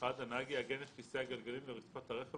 הנהג יעגן את כיסא הגלגלים לרצפת הרכב